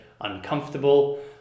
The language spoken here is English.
uncomfortable